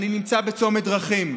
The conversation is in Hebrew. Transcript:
אני נמצא בצומת דרכים.